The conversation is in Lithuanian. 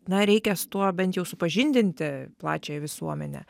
na reikia su tuo bent jau supažindinti plačiąją visuomenę